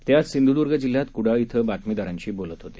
ते आज सिंधूदर्ग जिल्ह्यात कुडाळ इथं बातमीदारांशी बोलत होते